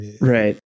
Right